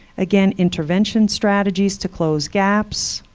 again, intervention strategies to close gaps,